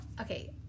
Okay